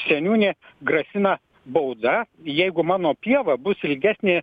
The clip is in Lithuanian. seniūnė grasina bauda jeigu mano pieva bus ilgesnė